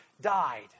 died